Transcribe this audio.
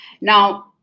Now